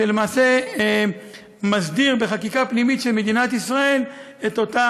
שלמעשה מסדיר בחקיקה פנימית של מדינת ישראל את אותה